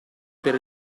per